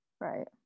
right